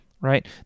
right